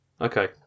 Okay